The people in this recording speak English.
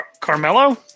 Carmelo